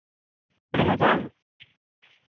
ᱟᱹᱰᱤ ᱢᱚᱡᱽ ᱵᱟᱝ